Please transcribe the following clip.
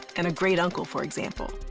and a great-uncle, for example.